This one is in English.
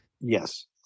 Yes